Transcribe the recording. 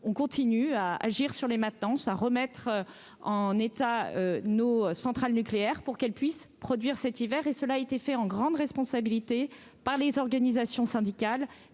on continue à agir sur les maths ça remettre en état nos centrales nucléaires pour qu'elle puisse produire cet hiver et cela a été fait en grande responsabilité par les organisations syndicales